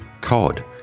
cod